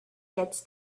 gets